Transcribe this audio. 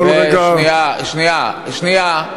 אם אתה יכול רגע, שנייה, שנייה.